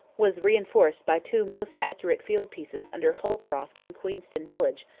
was reinforced by two most accurate field-pieces under holcroft in queenston village,